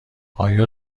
آیا